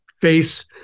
face